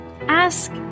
Ask